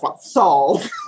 solve